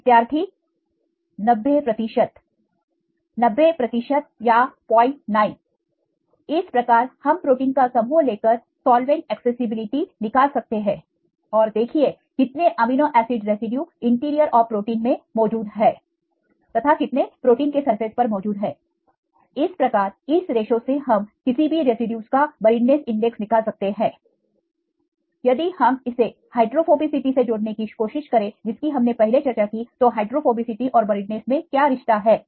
विद्यार्थी 90 90 या 09 इस प्रकार हम प्रोटीन का समूह लेकर सॉल्वेंट एक्सेसिबिलिटी निकाल सकते हैं और देखिए कितने amino acid residue interior of protein मौजूद है तथा कितने प्रोटीन के सरफेस पर मौजूद है इस प्रकार इस रेशों से हम किसी भी रेसिड्यूज का बरीडनेस इंडेक्स निकाल सकते हैं यदि हम इसे हाइड्रोफोबिसिटी से जोड़ने की कोशिश करें जिसकी हमने पहले चर्चा की तो हाइड्रोफोबीसीटी और बरीडनेस का क्या रिश्ता है